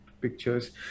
pictures